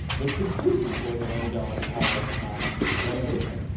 which was true before the langdell hall renovation.